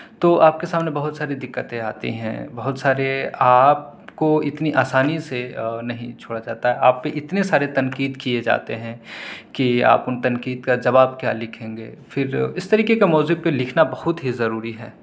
تو آپ کے سامنے بہت ساری دقتیں آتی ہیں بہت سارے آپ کو اتنی آسانی سے نہیں چھوڑا جاتا آپ پہ اتنے سارے تنقید کئے جاتے ہیں کہ آپ ان تنقید کا جواب کیا لکھیں گے پھر اس طریقے کا موضوع پہ لکھنا بہت ہی ضروری ہے